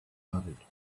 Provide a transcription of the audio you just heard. married